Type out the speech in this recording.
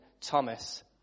Thomas